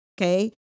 okay